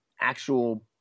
actual